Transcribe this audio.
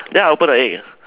then I open the egg